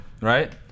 right